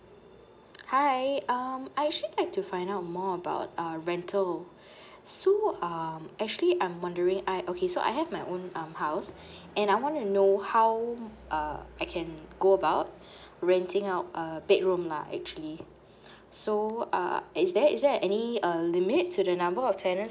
hi um I actually like to find out more about uh rental so um actually I'm wondering I okay so I have my own um house and I want to know how uh I can go about renting out err bedroom lah actually so uh is there is there any uh limit to the number of tenants